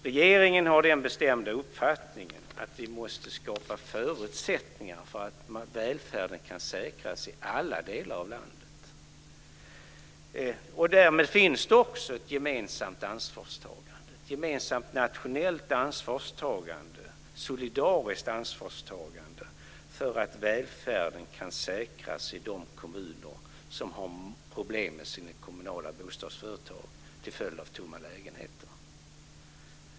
Regeringen har den bestämda uppfattningen att vi måste skapa förutsättningar för att välfärden kan säkras i alla delar av landet. Därmed finns det också ett gemensamt nationellt och solidariskt ansvarstagande för att välfärden kan säkras i de kommuner som har problem med sina kommunala bostadsföretag till följd att tomma lägenheter.